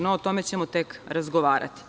No, o tome ćemo tek razgovarati.